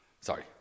Sorry